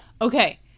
Okay